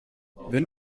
wenn